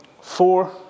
four